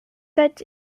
set